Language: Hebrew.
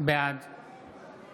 בעד